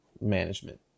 management